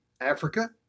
Africa